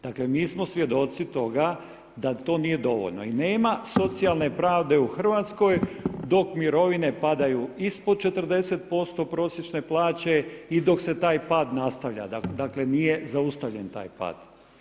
Dakle, mi smo svjedoci toga da to nije dovoljno i nema socijalne pravde u Hrvatskoj dok mirovine padaju ispod 40% prosječne plaće i dok se taj pad nastavlja, dakle nije zaustavljen taj pad.